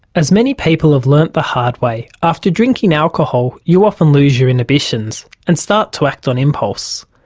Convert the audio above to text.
as many people have learnt the hard way, after drinking alcohol you often lose your inhibitions and start to act on impulse.